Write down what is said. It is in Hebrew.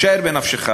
שער בנפשך